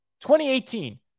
2018